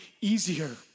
easier